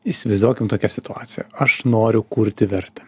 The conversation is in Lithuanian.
įsivaizduokim tokią situaciją aš noriu kurti vertę